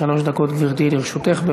שלוש דקות, גברתי, לרשותך.